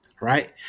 Right